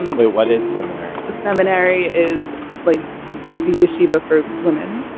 what is seminary? seminary is like the yeshivah for women.